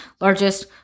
largest